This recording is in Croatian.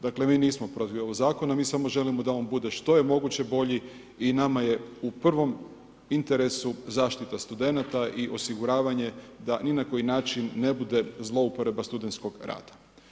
Dakle mi nismo protiv ovog zakona mi samo želimo da on bude što je moguće bolji i nama je u prvom interesu zaštita studenata i osiguravanje da ni na koji način ne bude zlouporaba studentskog rada.